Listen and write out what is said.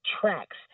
tracks